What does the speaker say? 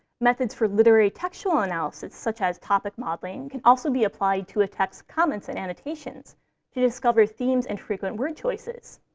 methods for literary textual analysis, such as topic modeling, can also be applied to a text's comments and annotations to discover themes and frequent word choices.